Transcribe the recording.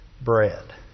bread